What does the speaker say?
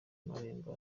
marembo